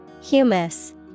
Humus